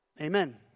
Amen